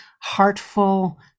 heartful